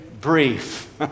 brief